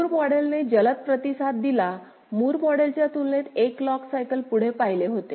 Moore मॉडेलने जलद प्रतिसाद दिला मूर मॉडेलच्या तुलनेत 1 क्लॉक सायकल पुढे पाहिले होते